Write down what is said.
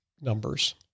numbers